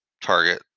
Target